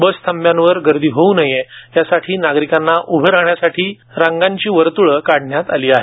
बस थांब्यावर गर्दी होऊ नये यासाठी नागरिकांना उभे राहण्यासाठी रांगांची वर्तुळं काढण्यात आली आहेत